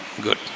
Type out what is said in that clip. Good